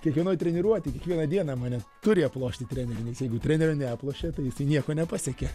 kiekvienoj treniruotėj kiekvieną dieną mane turi aplošti trenerį nes jeigu trenerio neaplošia tai jisai nieko nepasiekia